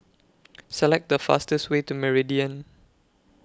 Select The fastest Way to Meridian